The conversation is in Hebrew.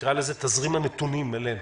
נקרא לזה, תזרים הנתונים אלינו.